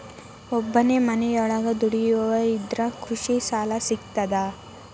ಒಬ್ಬನೇ ಮನಿಯೊಳಗ ದುಡಿಯುವಾ ಇದ್ರ ಕೃಷಿ ಸಾಲಾ ಸಿಗ್ತದಾ?